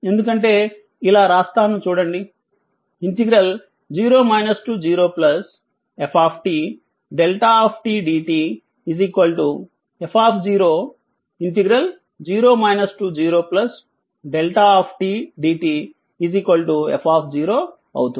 ఎందుకంటే ఇలా రాస్తాను చూడండి 0 0f δ dt f0 0δ dt f అవుతుంది